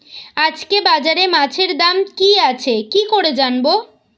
আজকে বাজারে মাছের দাম কি আছে কি করে জানবো?